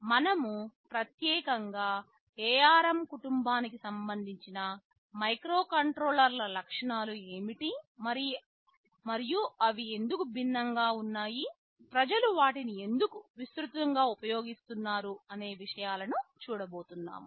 మనము ప్రత్యేకంగా ARM కుటుంబానికి సంబంధించిన మైక్రోకంట్రోలర్ల లక్షణాలు ఏమిటి మరియు అవి ఎందుకు భిన్నంగా ఉన్నాయి ప్రజలు వాటిని ఎందుకు విస్తృతంగా ఉపయోగిస్తున్నారు అనే విషయాలు చూడబోతున్నాము